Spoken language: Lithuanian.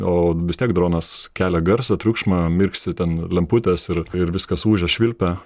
o vis tiek dronas kelia garsą triukšmą mirksi ten lemputės ir ir viskas ūžia švilpia